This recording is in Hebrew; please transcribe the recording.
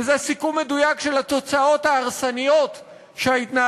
וזה סיכום מדויק של התוצאות ההרסניות שההתנהלות